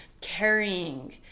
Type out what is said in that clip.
carrying